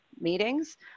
meetings